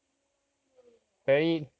oo okay